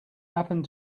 happened